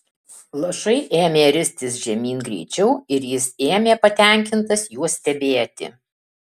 lašai ėmė ristis žemyn greičiau ir jis ėmė patenkintas juos stebėti